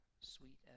sweet